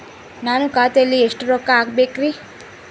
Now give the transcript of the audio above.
ನಾನು ಖಾತೆಯಲ್ಲಿ ಎಷ್ಟು ರೊಕ್ಕ ಹಾಕಬೇಕ್ರಿ?